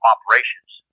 Operations